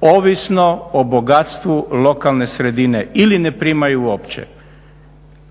ovisno o bogatstvu lokalne sredine ili ne primaju uopće.